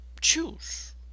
choose